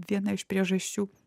viena iš priežasčių